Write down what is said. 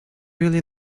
really